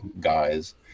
guys